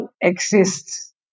exists